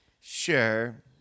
Sure